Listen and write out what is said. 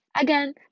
Again